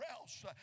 else